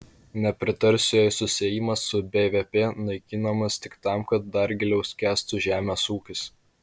nepritarsiu jei susiejimas su bvp naikinamas tik tam kad dar giliau skęstų žemės ūkis